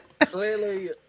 Clearly